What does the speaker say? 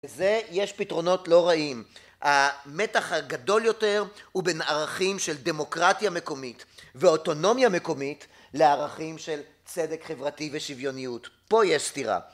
בזה יש פתרונות לא רעים. המתח הגדול יותר הוא בין ערכים של דמוקרטיה מקומית ואוטונומיה מקומית לערכים של צדק חברתי ושוויוניות. פה יש סתירה